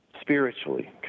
spiritually